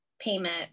payment